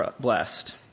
blessed